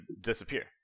disappear